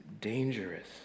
dangerous